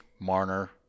marner